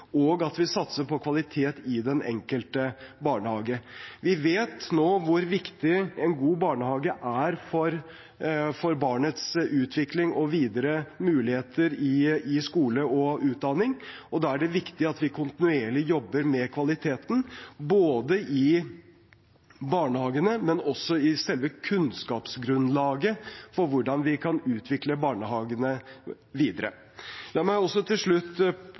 og at vi satser på kvalitet i den enkelte barnehage. Vi vet nå hvor viktig en god barnehage er for barnets utvikling og videre muligheter i skole og utdanning, og da er det viktig at vi kontinuerlig jobber med kvaliteten, både i barnehagene og i selve kunnskapsgrunnlaget for hvordan vi kan utvikle barnehagene videre. La meg til slutt